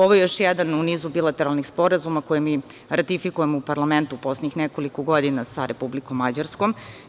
Ovo je još jedan u nizu bilateralnih sporazuma koje mi ratifikujemo u parlamentu u poslednjih nekoliko godina sa Republikom Mađarskom.